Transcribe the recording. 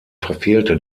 verfehlte